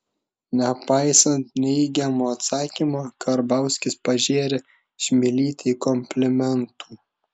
nepaisant neigiamo atsakymo karbauskis pažėrė čmilytei komplimentų